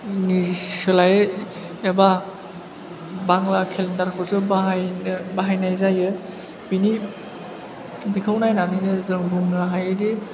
नि सोलायै एबा बांला केलेन्डारखौसो बाहायनो बाहायनाय जायो बिनि बेखौ नायनानैनो जों बुंनो हायोदि